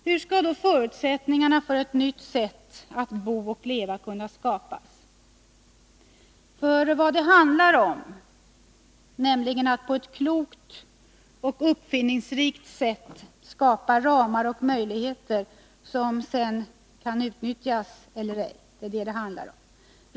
Hur skall då förutsättningarna för nya sätt att bo och leva kunna skapas? Vad det handlar om är nämligen att på ett klokt och uppfinningsrikt sätt skapa ramar och möjligheter som sedan kan utnyttjas — eller ej utnyttjas.